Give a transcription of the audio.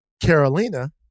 Carolina